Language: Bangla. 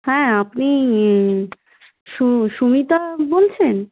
হ্যাঁ আপনি সু সুমিতা বলছেন